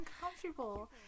uncomfortable